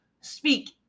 speak